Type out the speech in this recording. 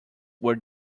were